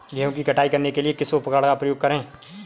गेहूँ की कटाई करने के लिए किस उपकरण का उपयोग करें?